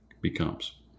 becomes